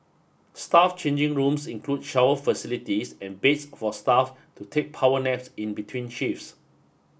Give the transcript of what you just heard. staff changing rooms include shower facilities and beds for staff to take power naps in between shifts